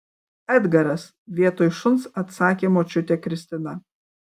edgaras vietoj šuns atsakė močiutė kristina